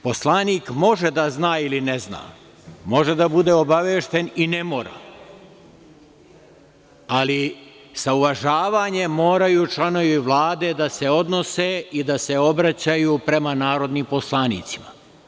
Poslanik može da zna ili ne zna, može da bude obavešten i ne mora, ali sa uvažavanjem moraju članovi Vlade da se odnose i da se obraćaju prema narodnim poslanicima.